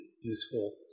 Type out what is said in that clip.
useful